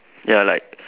ya like